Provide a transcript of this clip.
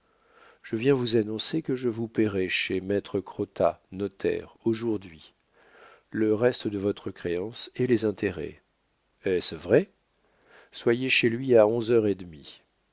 je viens vous annoncer que je vous paierai chez maître crottat notaire aujourd'hui le reste de votre créance et les intérêts est-ce vrai soyez chez lui à onze heures et demie